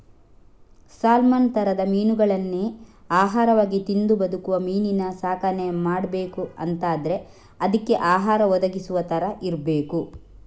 salmon ತರದ ಮೀನುಗಳನ್ನೇ ಆಹಾರವಾಗಿ ತಿಂದು ಬದುಕುವ ಮೀನಿನ ಸಾಕಣೆ ಮಾಡ್ಬೇಕು ಅಂತಾದ್ರೆ ಅದ್ಕೆ ಆಹಾರ ಒದಗಿಸುವ ತರ ಇರ್ಬೇಕು